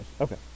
Okay